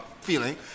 feeling